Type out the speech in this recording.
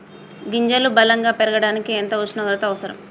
గింజలు బలం గా పెరగడానికి ఎంత ఉష్ణోగ్రత అవసరం?